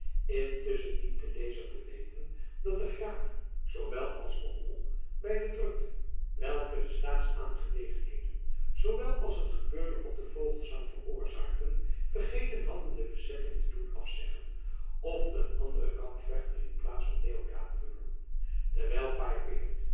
intusschen dient de lezer te weten dat de graaf zoowel als beaumont bij de drukte welke de staatsaangelegenheden zoowel als het gebeurde op den vogelesang veroorzaakten vergeten hadden de bezetting te doen afzeggen of een anderen kampvechter in de plaats van deodaat te benoemen terwijl